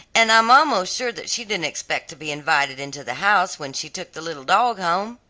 and i'm almost sure that she didn't expect to be invited into the house when she took the little dog home.